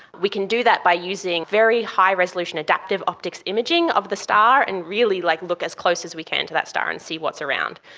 we can do that by using very high resolution adaptive optics imaging of the star and really like look as close as we can to that star and see what's around.